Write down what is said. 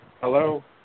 Hello